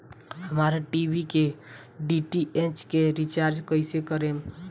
हमार टी.वी के डी.टी.एच के रीचार्ज कईसे करेम?